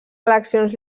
eleccions